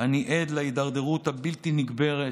אני עד להידרדרות הבלתי-נגמרת,